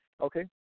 Okay